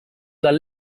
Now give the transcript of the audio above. dal